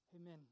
Amen